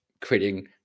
creating